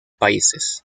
países